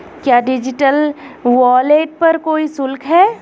क्या digital wallet पर कोई शुल्क है?